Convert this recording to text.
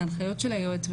את ההנחיות של היועץ,